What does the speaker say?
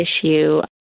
issue